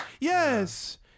yes